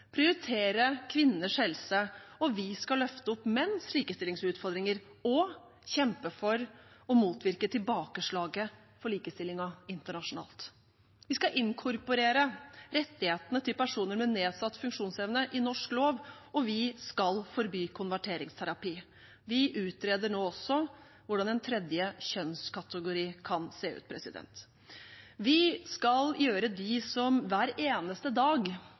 prioritere kvinners helse, og vi skal løfte opp menns likestillingsutfordringer og kjempe for å motvirke tilbakeslaget for likestillingen internasjonalt. Vi skal inkorporere rettighetene til personer med nedsatt funksjonsevne i norsk lov, og vi skal forby konverteringsterapi. Vi utreder nå også hvordan en tredje kjønnskategori kan se ut. Vi skal gjøre dem som hver eneste dag